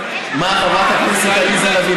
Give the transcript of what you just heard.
חברת הכנסת עליזה לביא,